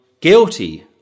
guilty